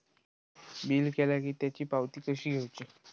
Bill केला की त्याची पावती कशी घेऊची?